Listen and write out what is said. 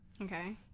Okay